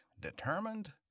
determined